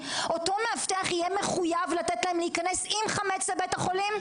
אותו מאבטח יהיה מחויב לתת להם להיכנס עם חמץ לבית החולים?